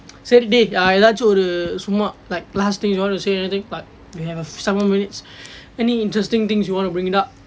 சரி:sari dey ஏதாவது ஒரு சும்மா:aethaavathu oru summa like last thing you want to say anything but we have err seven minutes any interesting things you want to bring it up